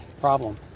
problem